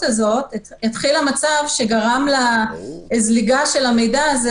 הזאת התחיל המצב שגרם לזליגה של המידע הזה.